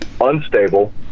unstable